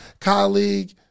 colleague